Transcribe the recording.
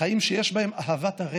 חיים שיש בהם אהבת תורה ויראת שמיים,